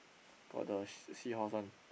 got the sea seahorse one